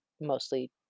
mostly